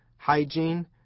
hygiene